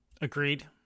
Agreed